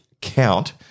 count –